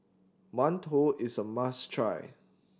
Mantou is a must try